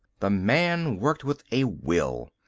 the man worked with a will.